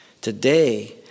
today